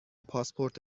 پاسپورت